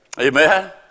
Amen